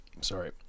sorry